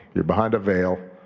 you're behind a veil.